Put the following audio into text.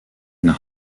and